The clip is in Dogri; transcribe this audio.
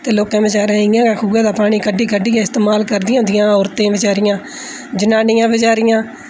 ते लोकें बेचारे इ'यां गै खुऐ दा पानी कड्ढी कड्ढियै इस्तेमाल करदियां होंदियां हा औरतां बेचारियां जनानियां बेचारियां